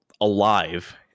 alive